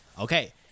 Okay